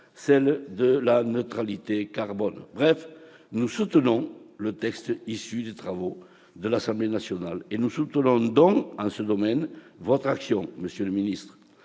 celle de la neutralité carbone. Bref, nous approuvons le texte issu des travaux de l'Assemblée nationale et nous soutenons votre action en ce domaine, monsieur le ministre